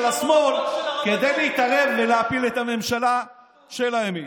של השמאל כדי להתערב ולהפיל את הממשלה של הימין.